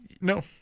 No